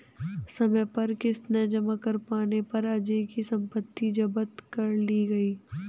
समय पर किश्त न जमा कर पाने पर अजय की सम्पत्ति जब्त कर ली गई